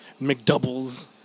McDoubles